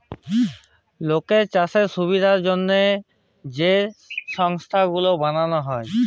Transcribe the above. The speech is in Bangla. লকের চাষের সুবিধার জ্যনহে যে সংস্থা গুলা বালাল হ্যয়